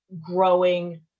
growing